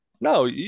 No